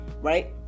right